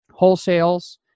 wholesales